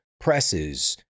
presses